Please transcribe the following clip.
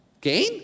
Gain